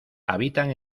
habitan